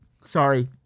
Sorry